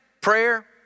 prayer